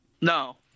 no